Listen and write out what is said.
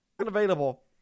unavailable